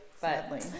sadly